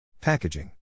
Packaging